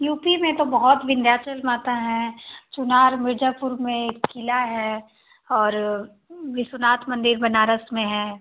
you P में तो हुत विंदयांचल माता है चुनार मिर्ज़ापुर मे एक क़िला है और विश्वनाथ मंदिर बनारस में है